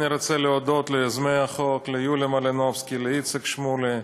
אני רוצה להודות ליוזמי החוק יוליה מלינובסקי ואיציק שמולי.